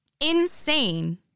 insane